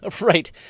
Right